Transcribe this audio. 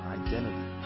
identity